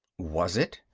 was it?